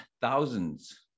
thousands